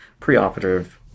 preoperative